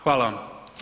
Hvala vam.